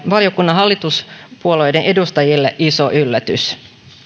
valiokunnan hallituspuolueiden edustajille iso yllätys